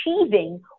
achieving